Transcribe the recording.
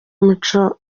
umuco